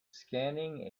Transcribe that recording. scanning